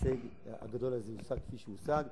ההישג הגדול הזה הושג כפי שהוא הושג,